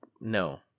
No